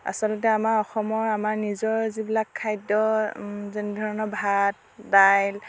আচলতে আমাৰ অসমৰ আমাৰ নিজৰ যিবিলাক খাদ্য় যেনেধৰণৰ ভাত দাইল